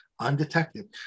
undetected